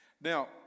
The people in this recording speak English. Now